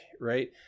right